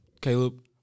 Caleb